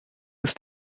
ist